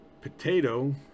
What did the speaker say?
potato